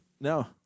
No